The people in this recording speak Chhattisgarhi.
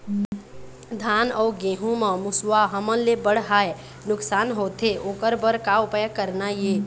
धान अउ गेहूं म मुसवा हमन ले बड़हाए नुकसान होथे ओकर बर का उपाय करना ये?